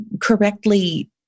correctly